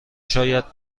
شاید